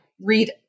read